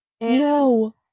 no